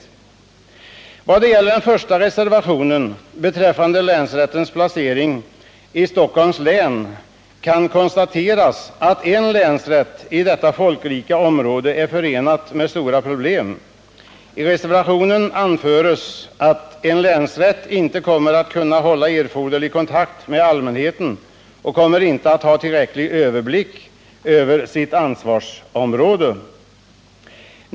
I vad gäller den första reservationen beträffande länsrätténs placering i Stockholms län kan konstateras att det är förenat med stora problem att i detta folkrika område ha endast en länsrätt. I reservationen anföres att ”länsrätten kommer inte att kunna hålla erforderlig kontakt med allmänheten och kommer inte att ha tillräcklig överblick över sitt ansvarsområde”.